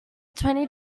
twenty